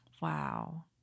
Wow